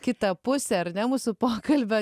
kitą pusę ar ne mūsų pokalbio